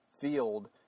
field